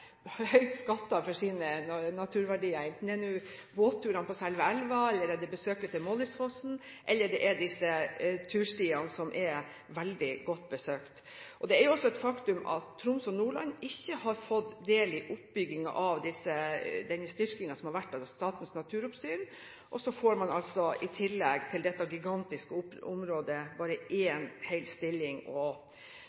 høyt skattet for sine naturverdier, enten det nå er båtturene på selve elven, besøk til Mollisfossen eller turstiene som er veldig godt besøkt. Det er jo også et faktum at Troms og Nordland ikke har fått del i oppbyggingen av den styrkingen som har vært av Statens naturoppsyn. Så får man altså til dette gigantiske området bare